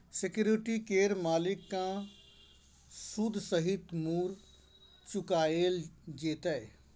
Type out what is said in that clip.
security केर मालिक केँ सुद सहित मुर चुकाएल जेतै